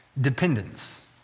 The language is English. dependence